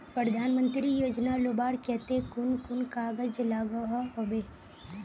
प्रधानमंत्री योजना लुबार केते कुन कुन कागज लागोहो होबे?